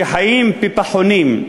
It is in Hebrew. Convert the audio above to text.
שחיים בפחונים,